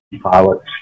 pilots